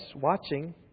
watching